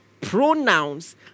pronouns